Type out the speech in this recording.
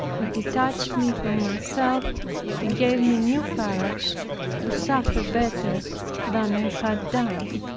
it detached me from myself and gave me new courage to suffer better than i had done.